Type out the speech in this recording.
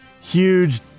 huge